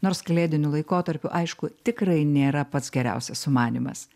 nors kalėdiniu laikotarpiu aišku tikrai nėra pats geriausias sumanymas